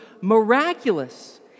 miraculous